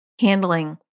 handling